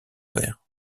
père